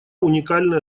уникальная